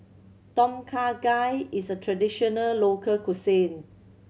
Tom Kha Gai is a traditional local cuisine